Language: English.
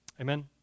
Amen